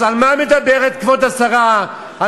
אז על מה מדברת כבוד השרה המכובדת,